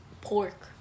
pork